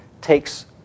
takes